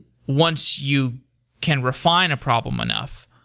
once you can refine a problem enough,